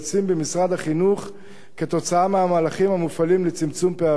במשרד החינוך כתוצאה מהמהלכים המופעלים לצמצום פערים.